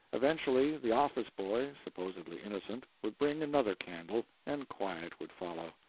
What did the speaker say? eventually the office-boy, supposedly innocent, would bring another candle, and quiet would follow.